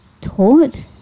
taught